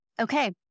okay